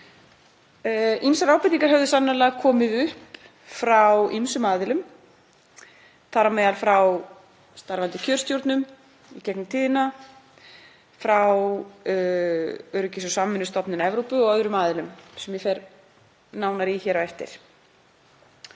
Ýmsar ábendingar höfðu sannarlega borist frá ýmsum aðilum, þar á meðal frá starfandi kjörstjórnum í gegnum tíðina, frá Öryggis- og samvinnustofnun Evrópu og öðrum aðilum sem ég fer nánar í hér á eftir.